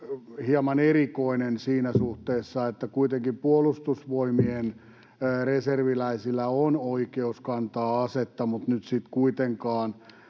hieman erikoinen siinä suhteessa, että Puolustusvoimien reserviläisillä on oikeus kantaa asetta mutta nyt sitten kuitenkaan